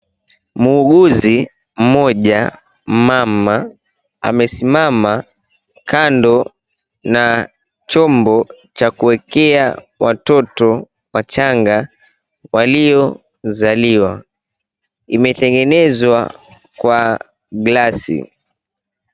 Muuguzi mmoja, mama, amesimama kando na chombo cha kuwekea watoto wachanga waliozaliwa. Imetengenezwa kwa glasi.